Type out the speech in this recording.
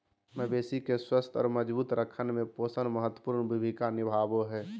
मवेशी के स्वस्थ और मजबूत रखय में पोषण महत्वपूर्ण भूमिका निभाबो हइ